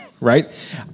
Right